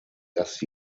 das